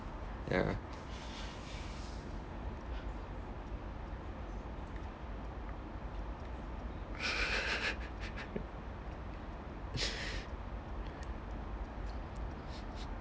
ya